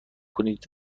کنید